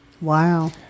Wow